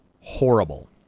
horrible